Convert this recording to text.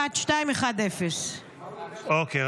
1210. אוקיי,